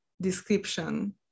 description